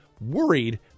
worried